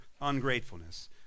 ungratefulness